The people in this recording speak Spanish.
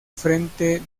frente